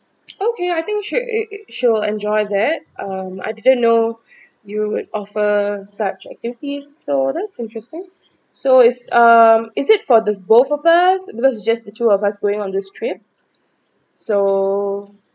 okay I think she uh she will enjoy that um I didn't know you would offer such a duty so that's interesting so it's um is it for the both of us because it's just the two of us going on this trip so